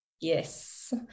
Yes